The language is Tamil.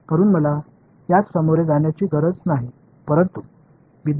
மாணவர் மேலும் நீங்கள் j n h ஐ அகற்றிவிட்டீர்கள் குறிப்பு நேரம் 2418